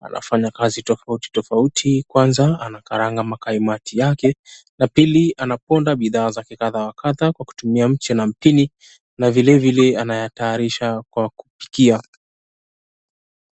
anafanya kazi tofauti tofauti. Kwanza anakaranga makaimati yake, ya pili anaponda bidhaa zake ya kadha wa kadha kwa kutumia mche na mpini na vile vile anayatayarisha kwa kupikia.